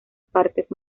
partes